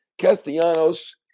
Castellanos